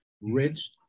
rich